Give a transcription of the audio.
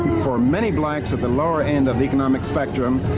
for many blacks at the lower end of the economic spectrum,